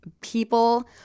people